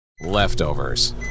Leftovers